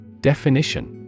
Definition